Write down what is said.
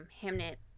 Hamnet